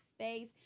space